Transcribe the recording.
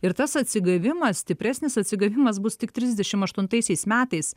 ir tas atsigavimas stipresnis atsigavimas bus tik trisdešimt aštuntaisiais metais